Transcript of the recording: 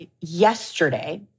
yesterday